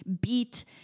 beat